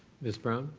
ms. brown?